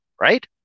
Right